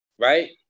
right